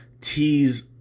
tease